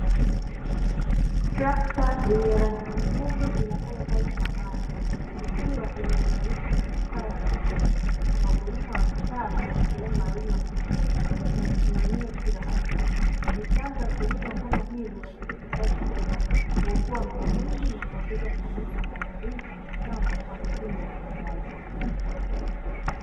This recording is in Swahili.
Tetra yenye rangi nyekundu inafanya kazi shambani ikiwa imeunganishwa na kifaa cha kulimia. Wakulima wamekaa kwenye sehemu maalumu ya mashine wakisimamia kila hatua. Mitambo ya kilimo kama hii huraisisha kazi kubwa na kuokoa muda mwingi na kuongeza ufanisi wa maandalizi ya mashamba kwa msimu wa upandaji